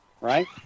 Right